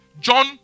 John